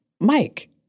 Mike